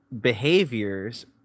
behaviors